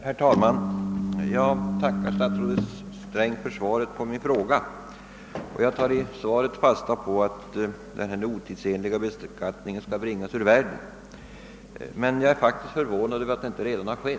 Herr talman! Jag tackar statsrådet Sträng för svaret på min fråga och tar fasta på vad som står i svaret, att den otidsenliga beskattning det här gäller skall bringas ur världen. Jag är emellertid förvånad över att så inte redan har skett.